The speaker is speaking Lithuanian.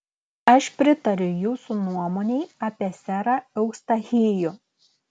aš pritariu jūsų nuomonei apie serą eustachijų